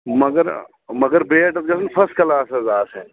مگر مگر بیٹ گژھِ آسُن فٔس کلاس حظ آسٕنۍ